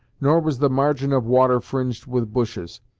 nor was the margin of water fringed with bushes,